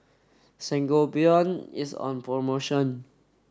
Sangobion is on promotion